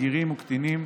בגירים וקטינים.